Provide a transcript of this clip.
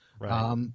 Right